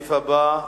הסעיף הבא: